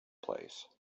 place